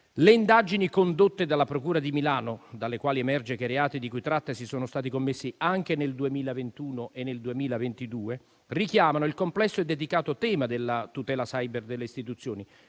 Le indagini condotte dalla procura di Milano, dalle quali emerge che i reati di cui trattasi sono stati commessi anche nel 2021 e 2022, richiamano il complesso e delicato tema della tutela *cyber* delle istituzioni